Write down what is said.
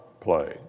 play